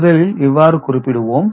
முதலில் இவ்வாறு குறிப்பிடுவோம்